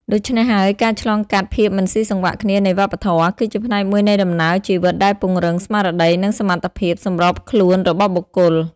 ដូច្នេះហើយ ការឆ្លងកាត់ភាពមិនស៊ីសង្វាក់គ្នានៃវប្បធម៌ គឺជាផ្នែកមួយនៃដំណើរជីវិតដែលពង្រឹងស្មារតី និងសមត្ថភាពសម្របខ្លួនរបស់បុគ្គល។